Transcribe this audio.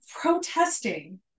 protesting